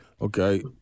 Okay